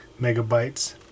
megabytes